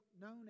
known